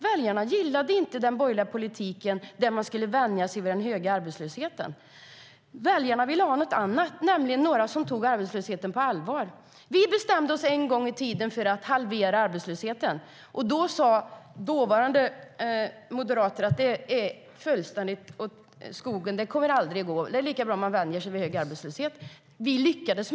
Väljarna gillade inte den borgerliga politiken, där man skulle vänja sig vid den höga arbetslösheten. Väljarna ville ha något annat, nämligen några som tar arbetslösheten på allvar. Vi bestämde oss en gång i tiden för att halvera arbetslösheten. Då sa dåvarande moderater: Det går fullständigt åt skogen. Det kommer aldrig att gå. Det är lika bra att man vänjer sig vid hög arbetslöshet. Men vi lyckades.